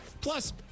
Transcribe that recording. Plus